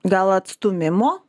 gal atstūmimo